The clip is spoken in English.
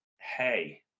hey